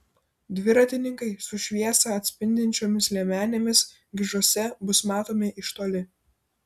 dviratininkai su šviesą atspindinčiomis liemenėmis gižuose bus matomi iš toli